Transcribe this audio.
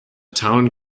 town